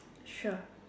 sure